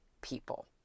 people